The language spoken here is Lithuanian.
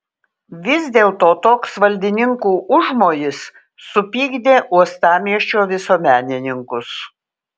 vis dėlto toks valdininkų užmojis supykdė uostamiesčio visuomenininkus